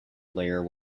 layer